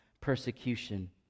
persecution